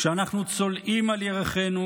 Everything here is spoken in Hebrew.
כשאנחנו צולעים על ירכנו,